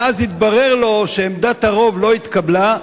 ואז יתברר לו שעמדת הרוב לא התקבלה,